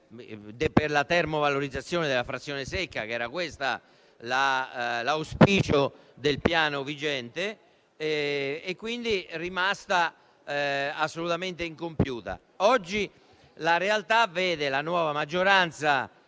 per la termovalorizzazione della frazione secca, come auspicato dal piano vigente, e quindi è rimasta assolutamente incompiuta. Oggi la realtà vede la nuova maggioranza